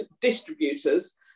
distributors